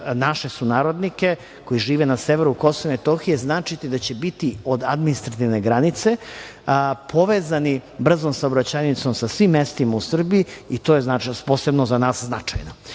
naše sunarodnike koji žive na severu KiM značiti da će biti od administrativne granice povezani brzom saobraćajnicom sa svim mestima u Srbiji i to je posebno za nas značajno.E,